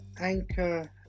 Anchor